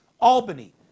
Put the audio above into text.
Albany